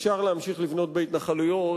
אפשר להמשיך לבנות בהתנחלויות,